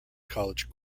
college